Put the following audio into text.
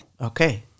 Okay